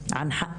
13:25.